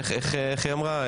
איך היא אמרה?